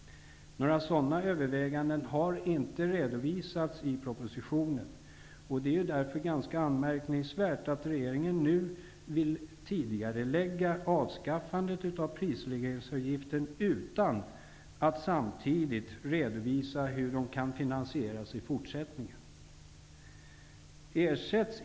Några sådana överväganden har inte redovisats i propositionen. Det är därför ganska anmärkningsvärt att regeringen nu vill tidigarelägga avskaffandet av prisregleringsavgiften utan att samtidigt redovisa hur finansieringen skall ske i fortsättningen.